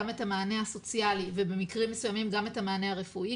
גם את המענה הסוציאלי ובמקרים מסוימים גם את המענה הרפואי,